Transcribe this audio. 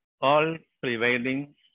all-prevailing